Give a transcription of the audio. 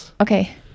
okay